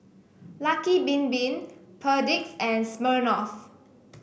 Lucky Bin Bin Perdix and Smirnoff